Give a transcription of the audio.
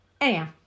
Anyhow